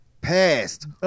passed